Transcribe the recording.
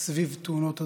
סביב תאונות הדרכים.